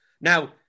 Now